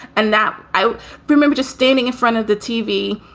and that i remember just standing in front of the tv.